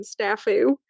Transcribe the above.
staffu